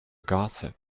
gossip